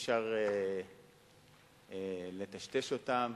אי-אפשר לטשטש אותם.